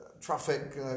traffic